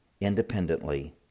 independently